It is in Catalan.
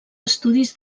estudis